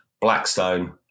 blackstone